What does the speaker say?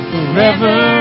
Forever